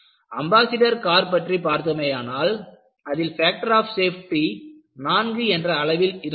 ambassador car பற்றி பார்த்தோமேயானால் அதில் ஃபேக்டர் ஆஃப் சேப்டி 4 என்ற அளவில் இருந்தது